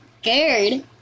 scared